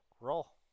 roll